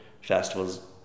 festival's